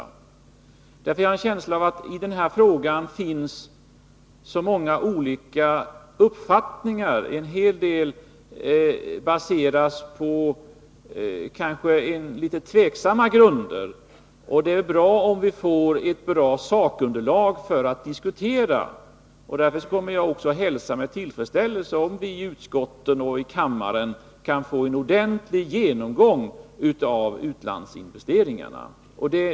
Jag har nämligen en känsla av att det i denna fråga finns många olika uppfattningar. I en heldel fall rör det sig kanske om rätt tvivelaktiga grunder. Det är bra om vi får ett ordentligt sakunderlag för diskussionen, och jag kommer att hälsa med tillfredsställelse om det i utskotten och i kammaren kan bli en ordentlig genomgång av utlandsinvesteringarna.